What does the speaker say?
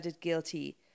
guilty